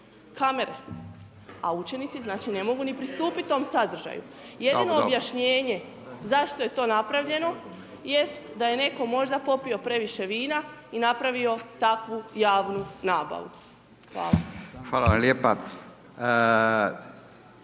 kamere a učenici znači ne mogu ni pristupiti tom sadržaju. Jedino objašnjenje zašto je to napravljeno jest da je netko možda popio previše vina i napravio takvu javnu nabavu. Hvala. **Radin,